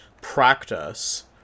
practice